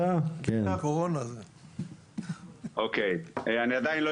חיצוניים - קורונה ודברים כאלה - היה עיכוב